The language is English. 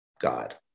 God